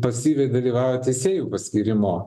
pasyviai dalyvauja teisėjų paskyrimo